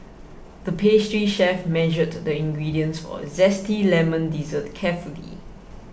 the pastry chef measured the ingredients for a Zesty Lemon Dessert carefully